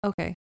Okay